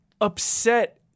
upset